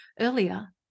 earlier